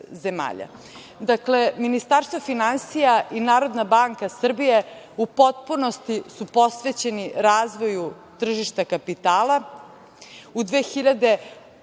Ministarstvo finansija i Narodna banka Srbije u potpunosti su posvećeni razvoju tržišta kapitala.